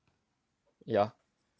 ya